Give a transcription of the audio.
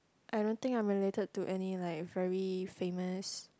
I don't think I'm related to any like very famous